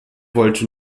wollte